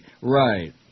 Right